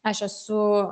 aš esu